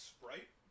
Sprite